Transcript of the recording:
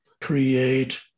create